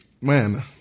man